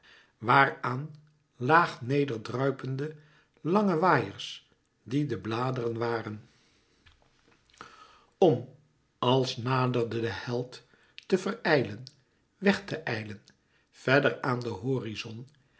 waar aan laag neder druipend lange waaiers die de bladeren waren om als naderde de held te verijlen weg te ijlen verder aan den horizon